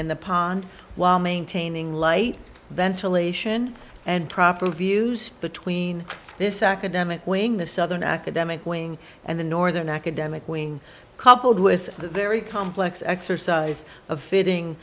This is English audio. and the pond while maintaining light ventilation and proper views between this academic wing the southern academic wing and the northern academic wing coupled with the very complex exercise of fitting